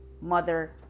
mother